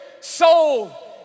soul